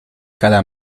cada